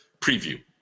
preview